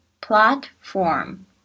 Platform